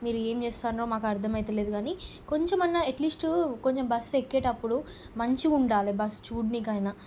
మీరు ఏం చేస్తున్నారో మాకి అర్దమయితలేదు కాని కొంచమన్నా అట్లీస్టు కొంచం బస్సు ఎక్కేటప్పుడు మంచిగుండాలి బస్సు చూడటానీకి అయినా